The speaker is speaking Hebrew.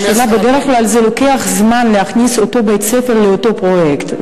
בדרך כלל זה לוקח זמן להכניס את אותו בית-ספר לאותו פרויקט.